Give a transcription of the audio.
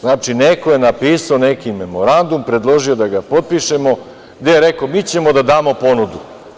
Znači, neko je napisao neki memorandum, predložio da ga potpišemo, gde je rekao – mi ćemo da damo ponudu.